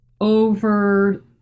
over